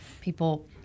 people